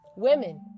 Women